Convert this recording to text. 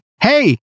hey